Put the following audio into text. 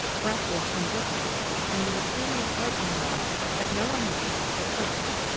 breathless and dripping and with a curious light in her eye that no one noticed but phyllis.